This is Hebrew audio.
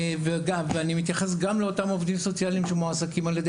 ואני מתייחס גם לאותם עובדים סוציאליים שמועסקים על ידי